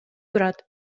турат